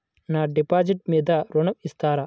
నా డిపాజిట్ మీద ఋణం ఇస్తారా?